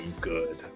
good